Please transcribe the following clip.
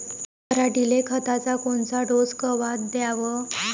पऱ्हाटीले खताचा कोनचा डोस कवा द्याव?